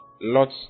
Lot's